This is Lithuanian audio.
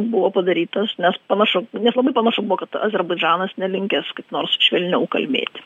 buvo padarytas nes panašu nes labai panašu buvo kad azerbaidžanas nelinkęs kaip nors švelniau kalbėti